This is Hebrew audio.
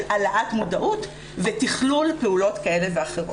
של העלאת מודעות ותכלול פעולות כאלה ואחרות.